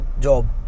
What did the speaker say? job